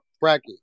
bracket